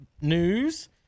news